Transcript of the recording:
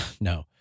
no